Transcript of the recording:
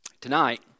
Tonight